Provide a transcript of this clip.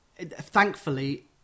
thankfully